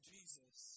Jesus